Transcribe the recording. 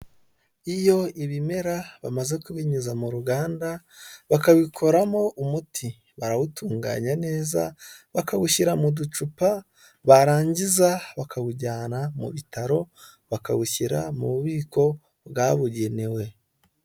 Iyo ibimera bamaze kubinyuza mu ruganda bakabikoramo umuti barawutunganya neza bakawushyira mu ducupa barangiza bakawujyana mu bitaro bakawushyira mu bubiko bwabugenewe.